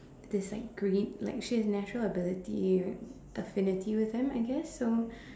this like great like she has natural ability affinity with them I guess so